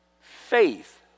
Faith